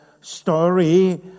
story